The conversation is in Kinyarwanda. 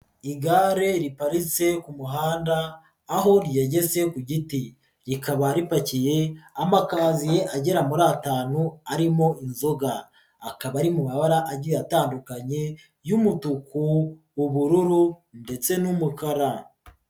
Igare riparitse ku muhanda aho ryegetse ku giti, rikaba ripakiye amakazi agera muri atanu arimo inzoga, akaba ari mu mabara agiye atandukanye, y'umutuku, ubururu ndetse n'umukara.